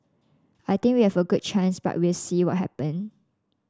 I think we have a good chance but we'll see what happen